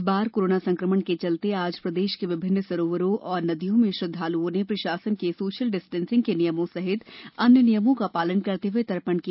इस बार कोरोना संकमण के चलते आज प्रदेश के विभिन्न सरोवरों और नदियों में श्रद्वालुओं ने प्रशासन के सोशल डिस्टेंसिंग के नियमों सहित अन्य नियमों का पालन करते हुए तर्पण किया